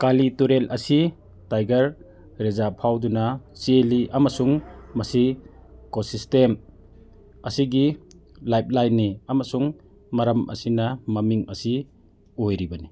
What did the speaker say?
ꯀꯥꯂꯤ ꯇꯨꯔꯦꯜ ꯑꯁꯤ tiger reserve ꯐꯥꯎꯗꯨꯅ ꯆꯦꯜꯂꯤ ꯑꯃꯁꯨꯡ ꯃꯁꯤ ꯏꯀꯣꯁꯤꯁꯇꯦꯝ ꯑꯁꯤꯒꯤ ꯂꯥꯏꯐ ꯂꯥꯏꯟꯅꯤ ꯑꯃꯁꯨꯡ ꯃꯔꯝ ꯑꯁꯤꯅ ꯃꯃꯤꯡ ꯑꯁꯤ ꯑꯣꯏꯔꯤꯕꯅꯤ